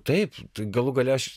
taip galų gale aš